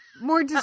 more